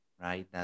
right